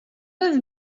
have